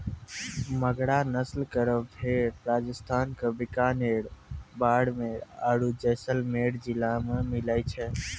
मगरा नस्ल केरो भेड़ राजस्थान क बीकानेर, बाड़मेर आरु जैसलमेर जिला मे मिलै छै